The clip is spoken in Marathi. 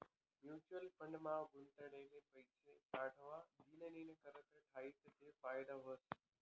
म्युच्युअल फंड मा गुताडेल पैसा सावठा दिननीकरता ठियात ते फायदा व्हस